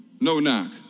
No-knock